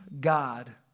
God